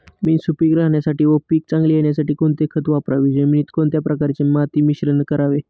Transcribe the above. जमीन सुपिक राहण्यासाठी व पीक चांगले येण्यासाठी कोणते खत वापरावे? जमिनीत कोणत्या प्रकारचे माती मिश्रण करावे?